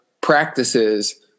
practices